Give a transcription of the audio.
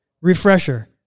refresher